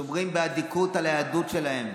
שומרים באדיקות על היהדות שלהם,